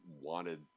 wanted